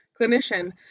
clinician